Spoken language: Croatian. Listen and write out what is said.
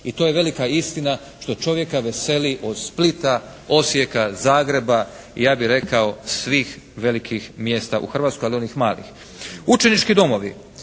I to je velika istina, što čovjeka veseli od Splita, Osijeka, Zagreba i ja bih rekao svih velikih mjesta u Hrvatskoj, ali i onih malih. Učenički domovi.